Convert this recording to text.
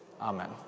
Amen